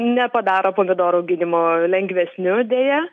nepadaro pomidorų auginimo lengvesniu deja